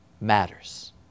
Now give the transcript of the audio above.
matters